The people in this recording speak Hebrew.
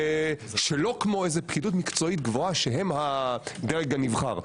ושלא כמו איזו פקידות מקצועית גבוהה שהם הדרג הנבחר.